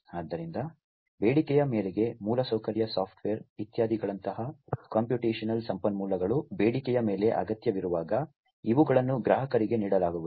ಆದ್ದರಿಂದ ಬೇಡಿಕೆಯ ಮೇರೆಗೆ ಮೂಲಸೌಕರ್ಯ ಸಾಫ್ಟ್ವೇರ್ ಇತ್ಯಾದಿಗಳಂತಹ ಕಂಪ್ಯೂಟೇಶನಲ್ ಸಂಪನ್ಮೂಲಗಳು ಬೇಡಿಕೆಯ ಮೇಲೆ ಅಗತ್ಯವಿರುವಾಗ ಇವುಗಳನ್ನು ಗ್ರಾಹಕರಿಗೆ ನೀಡಲಾಗುವುದು